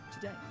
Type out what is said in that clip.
today